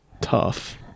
Tough